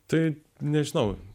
tai nežinau